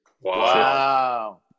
Wow